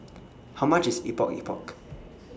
How much IS Epok Epok